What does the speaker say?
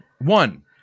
One